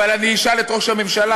אבל אני אשאל את ראש הממשלה,